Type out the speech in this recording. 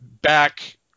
back